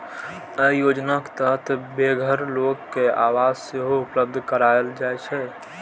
अय योजनाक तहत बेघर लोक कें आवास सेहो उपलब्ध कराएल जाइ छै